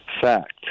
Fact